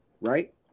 right